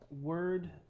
word